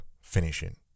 finishing